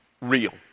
real